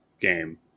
game